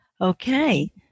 Okay